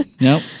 Nope